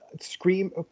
Scream